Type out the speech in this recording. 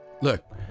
Look